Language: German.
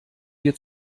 wir